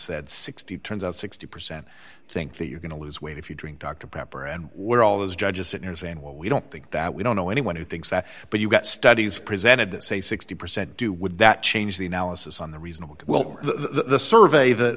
said sixty turns out sixty percent think that you're going to lose weight if you drink dr pepper and we're all as judges it is and what we don't think that we don't know anyone who thinks that but you've got studies presented that say sixty percent do would that change the analysis on the reasonable well the survey th